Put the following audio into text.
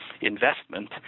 investment